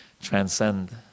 transcend